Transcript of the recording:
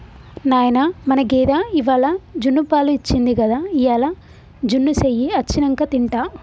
నాయనా మన గేదె ఇవ్వాల జున్నుపాలు ఇచ్చింది గదా ఇయ్యాల జున్ను సెయ్యి అచ్చినంక తింటా